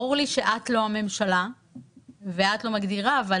ברור לי את לא הממשלה ואת לא מגדירה אבל